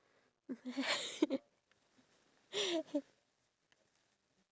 and eat and they don't really want to go out of the house